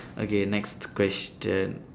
okay next question